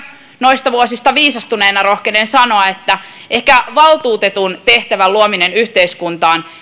noista vuosista viisastuneena rohkenen sanoa että ehkä valtuutetun tehtävän luominen yhteiskuntaan